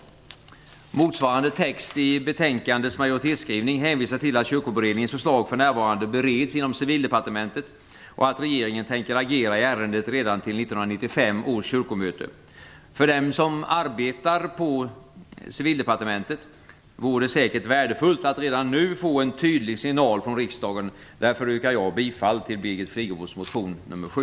I motsvarande text i betänkandets majoritetsskrivning hänvisas till att Kyrkoberedningens förslag för närvarande bereds inom Civildepartementet och att regeringen tänker agera i ärendet redan till 1995 års kyrkomöte. För dem som arbetar på Civildepartementet vore det säkert värdefullt att redan nu få en tydlig signal från riksdagen. Därför yrkar jag bifall till Birgit Friggebos reservation nr 7.